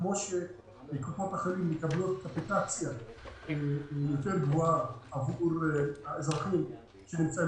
כמו שקופות החולים מקבלות קפיטציה יותר גבוהה עבור האזרחים שנמצאים